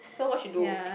so what she do